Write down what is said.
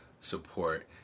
support